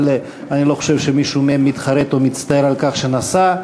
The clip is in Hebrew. אבל אני לא חושב שמישהו מהם מתחרט או מצטער על כך שנסע.